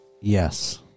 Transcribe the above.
Yes